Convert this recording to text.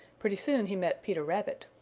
pretty soon he met peter rabbit.